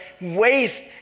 waste